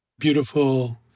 Beautiful